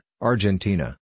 Argentina